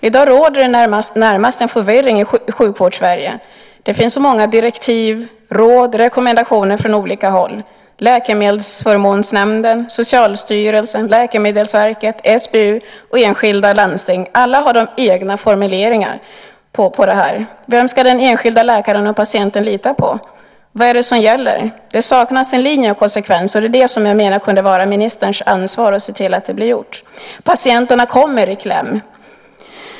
I dag råder närmast en förvirring i Sjukvårds-Sverige. Det finns så många direktiv, råd och rekommendationer från olika håll. Läkemedelsförmånsnämnden, Socialstyrelsen, Läkemedelsverket, SBU och enskilda landsting har alla egna formuleringar. Vem ska den enskilda läkaren och patienten lita på? Vad är det som gäller? Det saknas en linje och konsekvens. Det är det jag menar kunde vara ministerns ansvar, att se till att det blir gjort. Patienterna kommer i kläm.